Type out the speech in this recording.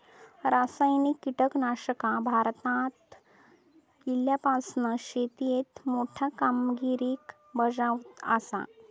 रासायनिक कीटकनाशका भारतात इल्यापासून शेतीएत मोठी कामगिरी बजावत आसा